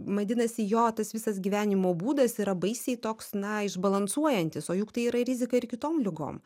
vadinasi jo tas visas gyvenimo būdas yra baisiai toks na išbalansuojantis o juk tai yra rizika ir kitom ligom